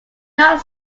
not